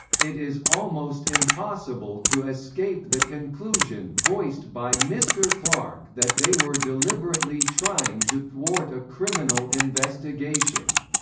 it is almost impossible to escape the conclusion voiced by mr clarke that they were deliberately trying to thwart a criminal investigation.